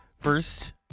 First